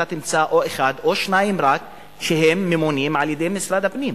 אתה תמצא רק או אחד או שניים שהם ממונים על-ידי משרד הפנים,